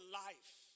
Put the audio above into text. life